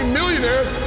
millionaires